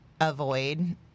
avoid